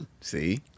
See